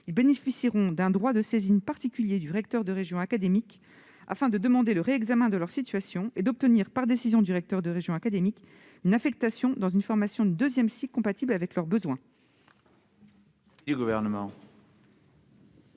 bénéficieront d'un droit de saisine particulier du recteur de la région académique afin de demander le réexamen de leur situation et d'obtenir, par décision dudit recteur, une affectation dans une formation du deuxième cycle compatible avec leurs besoins.